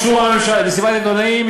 במסיבת עיתונאים,